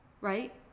right